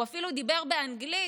הוא אפילו דיבר באנגלית,